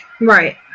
right